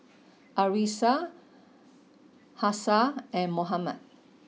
Arissa Hafsa and Muhammad